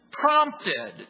Prompted